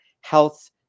health